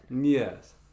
Yes